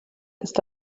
ist